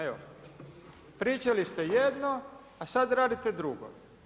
Evo, pričali ste jedno, a sad radite drugo.